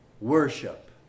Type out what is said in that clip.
worship